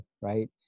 right